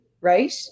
Right